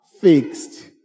fixed